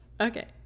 okay